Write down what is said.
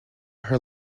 her